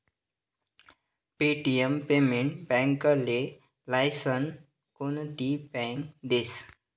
Paytm payment बॅकले license कोनती bank देस?